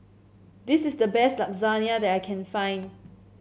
this is the best Lasagna that I can find